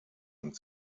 und